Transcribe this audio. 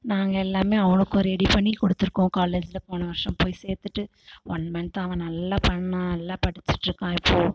நாங்கள் எல்லாமே அவனுக்கும் ரெடி பண்ணிக் கொடுத்துருக்கோம் காலேஜ்ல போன வர்ஷம் போய் சேர்த்துட்டு ஒன் மந்த்தாக அவன் நல்லா பண்ணால் நல்லா படிச்சிட்டுருக்கான் இப்போ